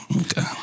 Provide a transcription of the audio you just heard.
Okay